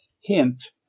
hint